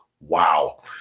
Wow